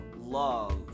love